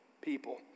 people